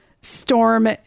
Storm